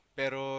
pero